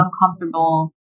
uncomfortable